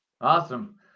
Awesome